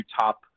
top